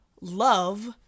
love